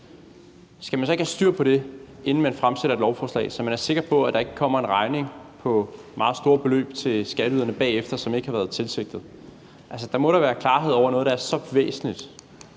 skal man så ikke have styr på det, inden man fremsætter et lovforslag, så man er sikker på, at der ikke kommer en regning på meget store beløb til skatteyderne bagefter, som ikke har været tilsigtet? Altså, der må da være klarhed over noget, der er så væsentligt